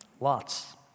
lots